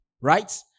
right